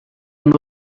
amb